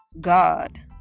God